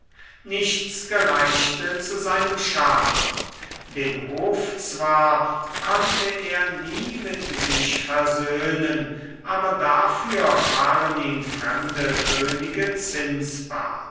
nichts gereichte zu seinem schaden den hof zwar konnte er nie mit sich versöhnen aber dafür waren ihm fremde könige zinsbar